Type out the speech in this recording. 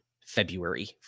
February